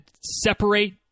separate